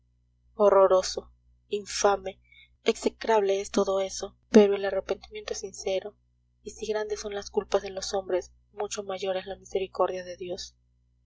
horroroso infame execrable es todo eso pero el arrepentimiento es sincero y si grandes son las culpas de los hombres mucho mayor es la misericordia de dios